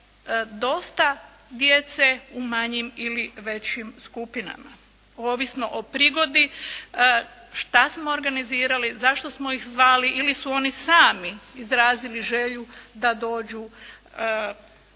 dosta djece u manjim ili većim skupinama, ovisno o prigodi što smo organizirali, zašto smo ih zvali ili su oni sami izrazili želju da dođu k